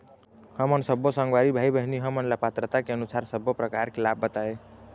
हमन सब्बो संगवारी भाई बहिनी हमन ला पात्रता के अनुसार सब्बो प्रकार के लाभ बताए?